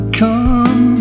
come